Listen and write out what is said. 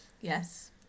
Yes